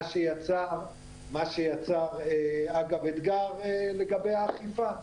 מה שיצר אגב אתגר לגבי האכיפה.